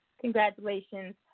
congratulations